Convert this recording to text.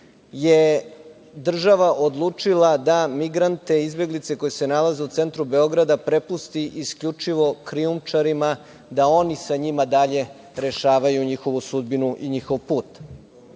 je država odlučila da migrante, izbeglice koji se nalaze u centru Beograda, prepusti isključivo krijumčarima da oni sa njima dalje rešavaju njihovu sudbinu i njihov put. Ovaj